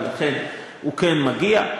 ולכן הוא כן מגיע.